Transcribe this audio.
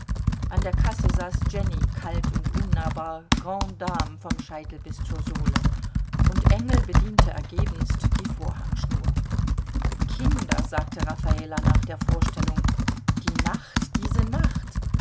an der kasse saß jenny kalt und unnahbar grande dame vom scheitel bis zur sohle und engel bediente ergebenst die vorhangschnur kinder sagte raffala nach der vorstellung die nacht diese nacht